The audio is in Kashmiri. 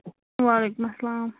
وعلیکُم اَسلام